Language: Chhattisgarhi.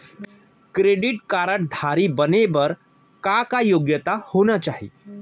क्रेडिट कारड धारी बने बर का का योग्यता होना चाही?